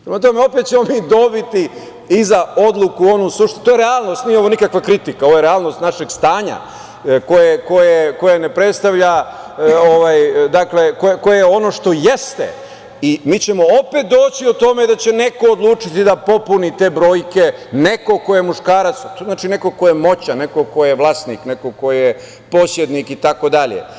Prema tome, opet ćemo mi dobiti odluku suštinsku, to je realnost, nije ovo nikakva kritika, ovo je realnost našeg stanja koje je ono što jeste i mi ćemo opet doći o tome da će neko odlučiti da popuni te brojke, neko ko je muškarac, a to znači neko ko je moćan, neko ko je vlasnik, neko ko je posednik itd.